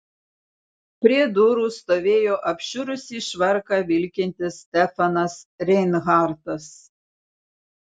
prie durų stovėjo apšiurusį švarką vilkintis stefanas reinhartas